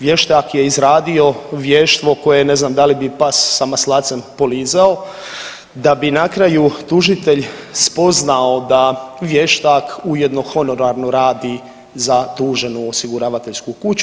Vještak je izradio vještvo koje ne znam da li bi pas sa maslacem polizao, da bi na kraju tužitelj spoznao da vještak ujedno honorarno radi za tuženu osiguravateljsku kuću.